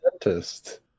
dentist